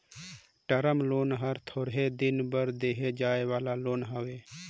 term loan हर थोरहें दिन बर देहे जाए वाला लोन हवे